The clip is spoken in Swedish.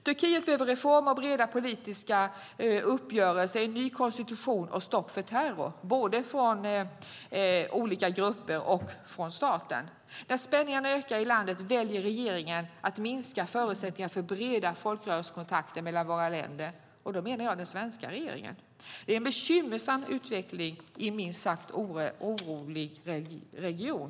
Turkiet behöver reformer och breda politiska uppgörelser, en ny konstitution och stopp för terror, både från olika grupper och från staten. När spänningarna ökar i landet väljer regeringen att minska förutsättningarna för breda folkrörelsekontakter mellan våra länder. Då menar jag den svenska regeringen. Det är en bekymmersam utveckling i en minst sagt orolig region.